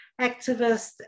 activist